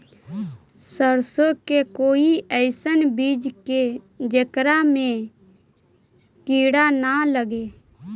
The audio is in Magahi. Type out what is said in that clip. सरसों के कोई एइसन बिज है जेकरा में किड़ा न लगे?